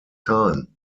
time